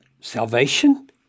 salvation